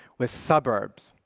with suburbs,